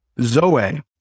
zoe